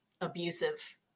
abusive